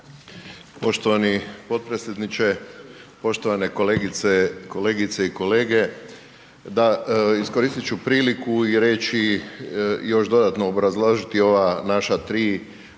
Poštovani potpredsjedniče, poštovane kolegice i kolege. Iskoristit ću priliku i reći i još dodatno obrazložiti ova naša tri amandmana,